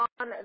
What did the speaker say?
on